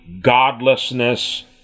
godlessness